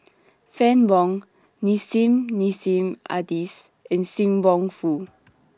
Fann Wong Nissim Nassim Adis and SIM Wong Hoo